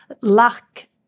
lack